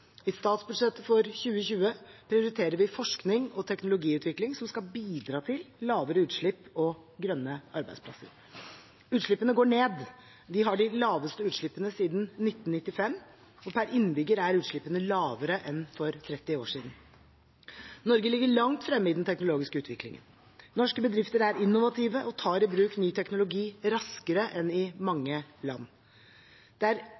I statsbudsjettet for 2020 prioriterer vi forskning og teknologiutvikling som skal bidra til lavere utslipp og grønne arbeidsplasser. Utslippene går ned, vi har de laveste utslippene siden 1995, per innbygger er utslippene lavere enn for 30 år siden. Norge ligger langt fremme i den teknologiske utviklingen. Norske bedrifter er innovative og tar i bruk ny teknologi raskere enn mange andre land. Det er grønnere teknologi som også skal tas i